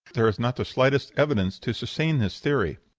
there is not the slightest evidence to sustain this theory.